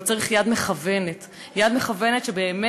אבל צריך יד מכוונת, יד מכוונת שבאמת